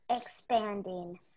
expanding